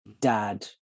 dad